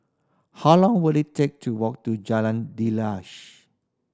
how long will it take to walk to Jalan Daliah